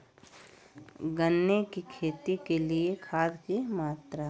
गन्ने की खेती के लिए खाद की मात्रा?